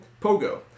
Pogo